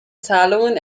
zahlungen